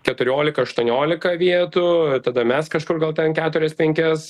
keturiolika aštuoniolika vietų tada mes kažkur gal ten keturias penkias